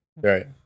right